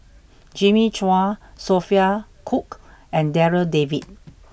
Jimmy Chua Sophia Cooke and Darryl David